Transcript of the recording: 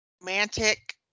romantic